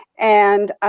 and